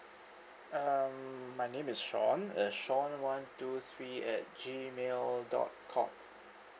uh um my name is sean uh sean one two three at G mail dot com